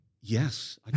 Yes